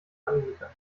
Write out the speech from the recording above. anbieter